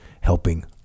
helping